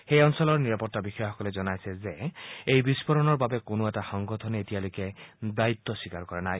সেই অঞ্চলৰ নিৰাপত্তা বিষয়াসকলে জনাইছে যে এই বিস্ফোৰণৰ বাবে কোনো এটা সংগঠনে এতিয়ালৈকে মূৰ পাতি লোৱা নাই